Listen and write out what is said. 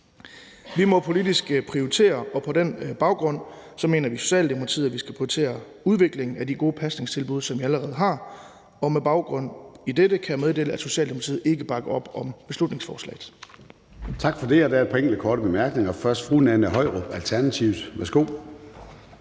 Vi må politisk set prioritere, og på den baggrund mener vi i Socialdemokratiet, at vi skal prioritere udvikling af de gode pasningstilbud, som vi allerede har, og med baggrund i dette kan jeg meddele, at Socialdemokratiet ikke bakker op om beslutningsforslaget.